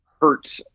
hurt